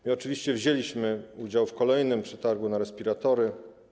My oczywiście wzięliśmy udział w kolejnym przetargu na respiratory.